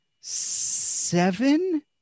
seven